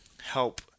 help